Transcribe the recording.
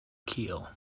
keel